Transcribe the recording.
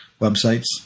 websites